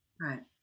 Right